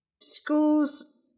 Schools